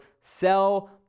sell